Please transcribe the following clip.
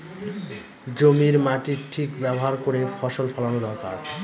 জমির মাটির ঠিক ব্যবহার করে ফসল ফলানো দরকার